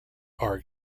are